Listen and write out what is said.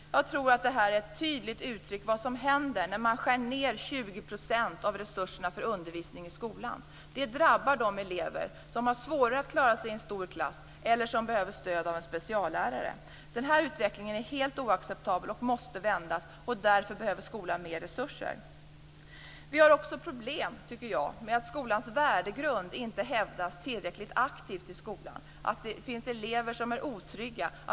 Det är ett tydligt uttryck för vad som händer när 20 % av resurserna för undervisning i skolan skärs ned. Det drabbar de elever som har svårare att klara sig i en stor klass eller som behöver stöd av en speciallärare. Den utvecklingen är helt oacceptabel och måste vändas. Därför behöver skolan mer resurser. Det andra problemet är att skolans värdegrund inte hävdas tillräckligt aktivt i skolan. Det finns elever som är otrygga.